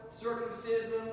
circumcision